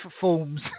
forms